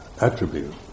attribute